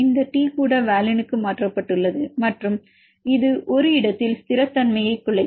இந்த T கூட வலினுக்கு மாற்றப் பட்டுள்ளது மற்றும் இது ஒரு இடத்தில் ஸ்திரமின்மையை குலைக்கும்